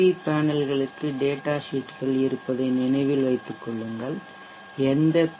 we பேனல்களுக்கு data ஷீட்கள் இருப்பதை நினைவில் வைத்துக் கொள்ளுங்கள் எந்த பி